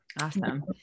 awesome